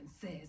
says